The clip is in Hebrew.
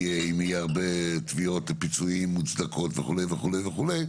אם יהיו הרבה תביעות לפיצויים מוצדקות וכו' וכו',